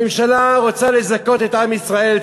הממשלה רוצה לזכות את עם ישראל,